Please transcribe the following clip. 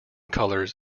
colors